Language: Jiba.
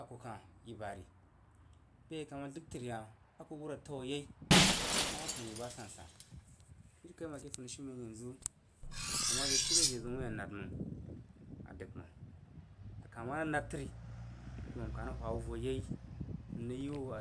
Aku kah yi bari bəi a nkah marəg dəg təri a ku wud a tan yei a wah kang yi ba sansa jirikaiməng a ke funijhiumen yanzu a ma ziw shi re be zən wui a nad məg a dəg məg a kah ma rəg nad təri kurama kai rəghwawu ko yei nrəgyi wu a